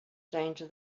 danger